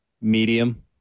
Medium